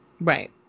Right